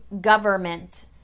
government